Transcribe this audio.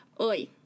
Oi